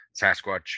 Sasquatch